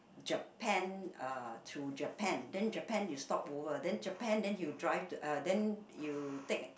Japan uh to Japan then Japan you stopover then Japan then you drive to uh then you take